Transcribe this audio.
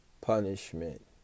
punishment